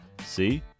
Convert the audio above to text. See